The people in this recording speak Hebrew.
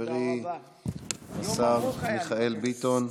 חברי השר מיכאל ביטון.